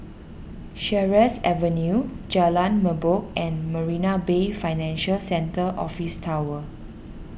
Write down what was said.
Sheares Avenue Jalan Merbok and Marina Bay Financial Centre Office Tower